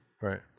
Right